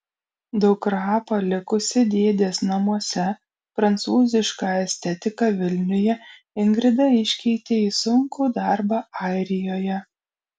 dukrą palikusi dėdės namuose prancūzišką estetiką vilniuje ingrida iškeitė į sunkų darbą airijoje